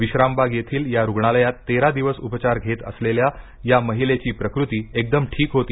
विश्रामबाग येथील या रुग्णालयात तेरा दिवस उपचार घेत असलेल्या या महिलेची प्रकृती एकदम ठीक होती